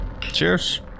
Cheers